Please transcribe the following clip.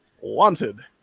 Wanted